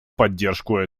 поддержку